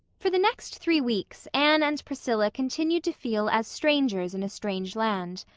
for the next three weeks anne and priscilla continued to feel as strangers in a strange land.